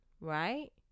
right